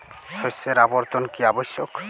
শস্যের আবর্তন কী আবশ্যক?